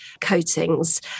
coatings